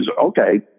okay